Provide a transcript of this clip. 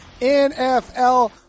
NFL